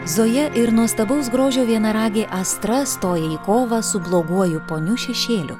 zoja ir nuostabaus grožio vienarage astra stoja į kovą su bloguoju poniu šešėliu